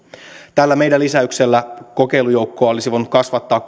tällä meidän lisäyksellämme kokeilujoukkoa olisi voinut kasvattaa